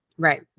Right